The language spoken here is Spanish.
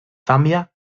zambia